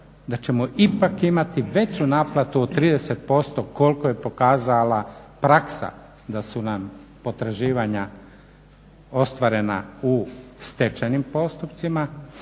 da ćemo ipak imati veću naplatu od 30% koliko je pokazala praksa da su nam potraživanja ostvarena u stečajnim postupcima